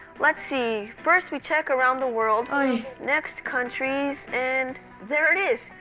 let's see. first we check around the world oy. next, countries. and there it is!